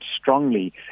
strongly